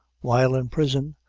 while in prison,